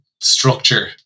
structure